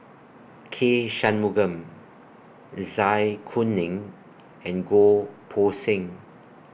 K Shanmugam Zai Kuning and Goh Poh Seng